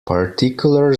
particular